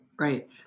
Right